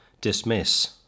dismiss